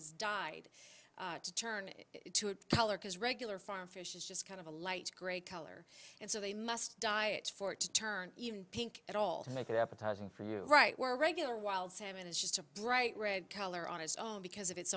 has died to turn it to a color because regular farm fish is just kind of a light gray color and so they must diet for it to turn even pink at all to make it appetising for you right where regular wild salmon is just a bright red color on its own because of its